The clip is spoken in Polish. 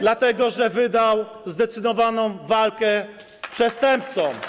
Dlatego że wydał zdecydowaną walkę przestępcom.